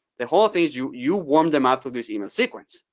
the whole thing is you you warmed them up through this email sequence.